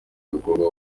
bikorwa